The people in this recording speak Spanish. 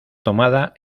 tomada